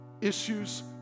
issues